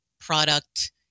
product